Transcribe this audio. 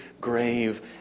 grave